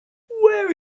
where